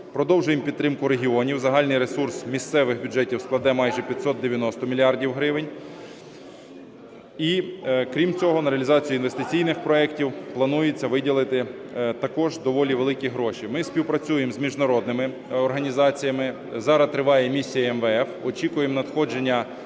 Продовжуємо підтримку регіонів, загальний ресурс місцевих бюджетів складе майже 590 мільярдів гривень. І крім цього, на реалізацію інвестиційних проектів планується виділити також доволі великі гроші. Ми співпрацюємо з міжнародними організаціями, зараз триває місія МВФ. Очікуємо надходження